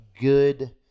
good